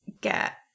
get